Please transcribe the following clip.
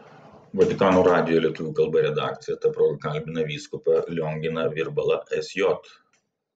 vatikano radijo lietuvių kalba redakcija ta proga kalbina vyskupą lionginą virbalą sj